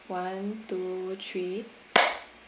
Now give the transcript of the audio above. one two three